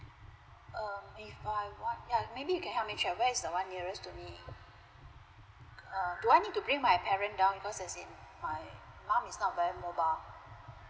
um if I want ya maybe you can help me check where is the one nearest to me err do I need to bring my parent down because as in my mom is not very mobile